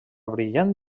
brillant